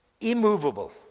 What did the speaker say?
immovable